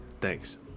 Thanks